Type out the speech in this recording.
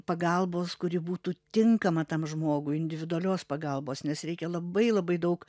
pagalbos kuri būtų tinkama tam žmogui individualios pagalbos nes reikia labai labai daug